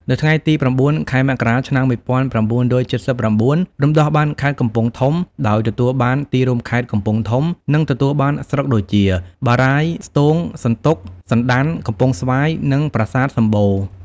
នៅថ្ងៃទី ០៩ ខែមករា ឆ្នាំ ១៩៧៩ រំដោះបានខេត្តកំពង់ធំ ដោយទទួលបានទីរួមខេត្ត កំពង់ធំ និងទទួលបានស្រុកដូចជា បារាយណ៍ ស្ទោង សន្ទុក សណ្តាន់ កំពង់ស្វាយ និងប្រាសាទសំបូរ។